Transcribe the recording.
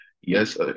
Yes